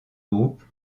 groupe